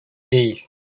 değil